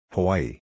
Hawaii